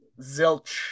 zilch